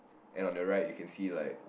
and on the right you can see like